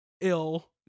ill